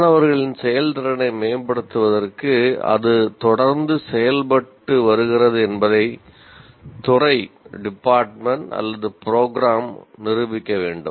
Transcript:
மாணவர்களின் செயல்திறனை மேம்படுத்துவதற்கு அது தொடர்ந்து செயல்பட்டு வருகிறது என்பதை துறை நிரூபிக்க வேண்டும்